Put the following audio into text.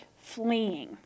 fleeing